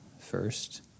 first